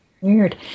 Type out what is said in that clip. Weird